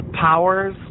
powers